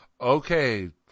Okay